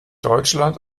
deutschland